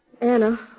Anna